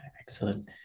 Excellent